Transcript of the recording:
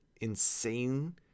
insane